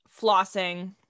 flossing